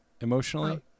emotionally